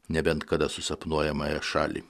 nebent kada susapnuojamają šalį